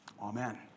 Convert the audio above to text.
Amen